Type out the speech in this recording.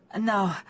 No